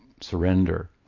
surrender